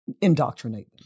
indoctrinate